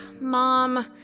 Mom